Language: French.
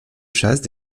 chasse